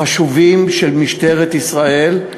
החשובים של משטרת ישראל.